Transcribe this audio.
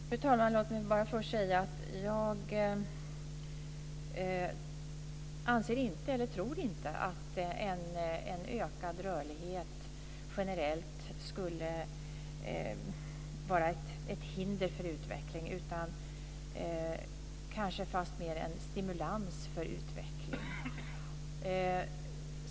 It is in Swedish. Fru talman! Låt mig först bara säga att jag inte tror att en ökad rörlighet generellt skulle vara ett hinder för utveckling, utan kanske fastmer en stimulans för utveckling.